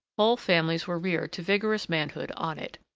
whole families were reared to vigorous manhood on it.